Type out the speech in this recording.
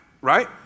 right